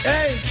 Hey